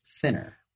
thinner